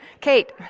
Kate